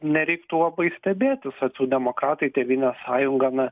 nereik tuo labai stebėtis socialdemokratai tėvynės sąjunga na